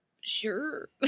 Sure